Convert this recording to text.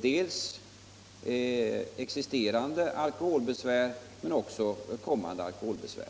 dels existerande alkoholbesvär, dels också kommande alkoholbesvär.